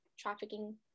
trafficking